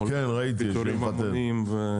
החליטה על פיטורים המוניים.